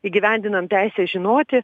įgyvendinant teisę žinoti